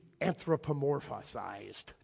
anthropomorphized